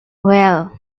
well